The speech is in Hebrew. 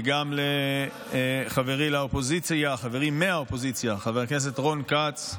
וגם לחברי מהאופוזיציה חבר הכנסת רון כץ.